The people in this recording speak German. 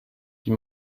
wie